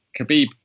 Khabib